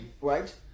right